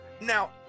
Now